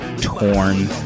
Torn